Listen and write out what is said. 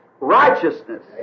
righteousness